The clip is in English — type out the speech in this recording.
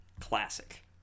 Classic